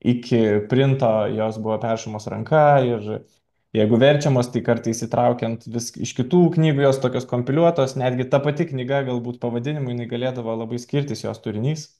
iki printo jos buvo perrašomos ranka ir jeigu verčiamos tai kartais įtraukiant vis iš kitų knygų jos tokios kompiliuotas netgi ta pati knyga galbūt pavadinimu jinai galėdavo labai skirtis jos turinys